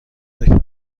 دکمه